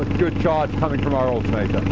good charge coming from our alternator.